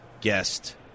guest